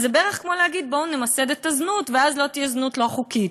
אז זה בערך כמו להגיד: בואו נמסד את הזנות ואז לא תהיה זנות לא חוקית.